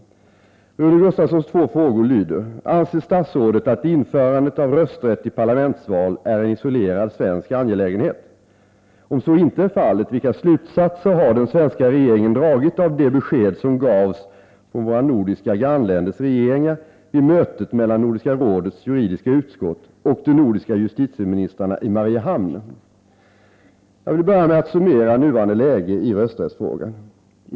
Rune Gustavssons två frågor lyder: Anser statsrådet att införandet av rösträtt i parlamentsval är en isolerad svensk angelägenhet? Om så inte är fallet, vilka slutsatser har den svenska regeringen dragit av de besked som gavs från våra nordiska grannländers regeringar vid mötet mellan Nordiska rådets juridiska utskott och de nordiska justitieministrarna i Mariehamn? Jag vill börja med att summera nuvarande läge i rösträttsfrågan.